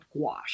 gouache